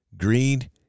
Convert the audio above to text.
Greed